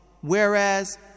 whereas